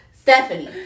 Stephanie